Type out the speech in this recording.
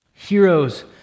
heroes